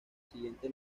siguiente